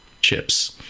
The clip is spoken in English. chips